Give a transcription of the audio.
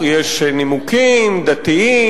אתה חולק שיש לנו זכות קניין